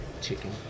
Chicken